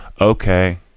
Okay